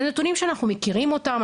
זה נתונים שאנחנו מכירים אותם,